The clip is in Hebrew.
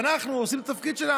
אנחנו עושים את התפקיד שלנו,